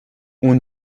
اون